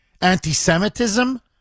anti-Semitism